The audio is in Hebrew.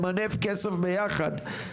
למנף כסף ביחד,